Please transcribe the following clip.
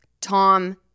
Tom